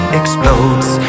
explodes